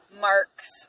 marks